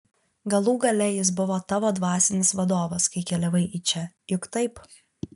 galų gale jis buvo tavo dvasinis vadovas kai keliavai į čia juk taip